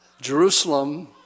Jerusalem